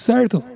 Certo